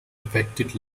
affected